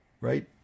right